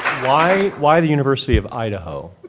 why why the university of idaho